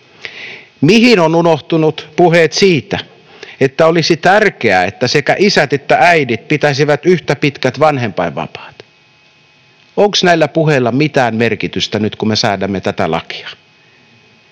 Mihin ovat unohtuneet puheet siitä, että olisi tärkeää, että sekä isät että äidit pitäisivät yhtä pitkät vanhempainvapaat? Onko näillä puheilla mitään merkitystä nyt, kun me säädämme tätä lakia?